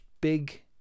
big